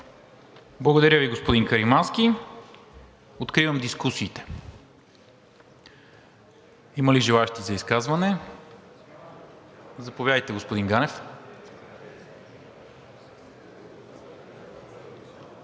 Благодаря Ви, господин Каримански. Откривам дискусията. Има ли желаещи за изказване? Заповядайте, господин Ганев.